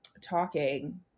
talking-